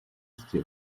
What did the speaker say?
stew